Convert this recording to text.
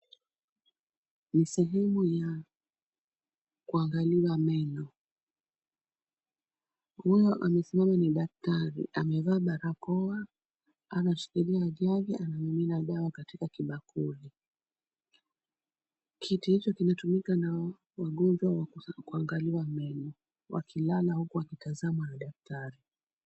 Ni sehemu ya kuangaliwa meno. Huyo amesimama ni daktari, amevaa barakoa akashikilia jaji anamimina dawa katika kibakuli. Kitu hicho kinatumika na wagonjwa wa kuangaliwa meno wakilala huku wakitazama na daktari.